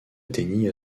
atteignit